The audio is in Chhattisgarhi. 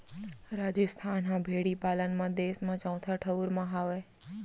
राजिस्थान ह भेड़ी पालन म देस म चउथा ठउर म हावय